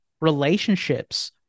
relationships